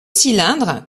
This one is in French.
cylindres